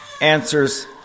answers